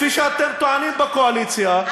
כפי שאתם טוענים בקואליציה,